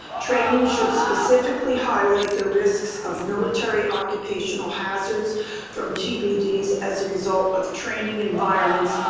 training should specifically highlight the risks of military occupational hazards from tbds as a result of training environments,